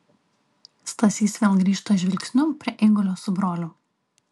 stasys vėl grįžta žvilgsniu prie eigulio su broliu